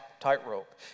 tightrope